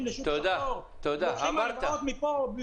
עושים הלוואות מפה,